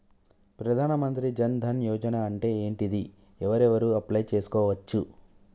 ప్రధాన మంత్రి జన్ ధన్ యోజన అంటే ఏంటిది? ఎవరెవరు అప్లయ్ చేస్కోవచ్చు?